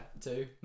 Two